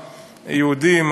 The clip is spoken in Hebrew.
יהודים,